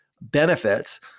benefits